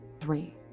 three